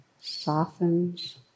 softens